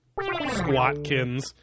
Squatkins